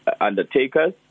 undertakers